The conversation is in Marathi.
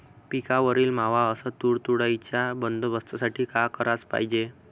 पिकावरील मावा अस तुडतुड्याइच्या बंदोबस्तासाठी का कराच पायजे?